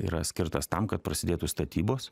yra skirtas tam kad prasidėtų statybos